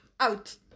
out